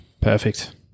Perfect